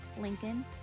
lincoln